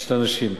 של הנשים,